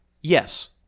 yes